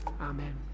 Amen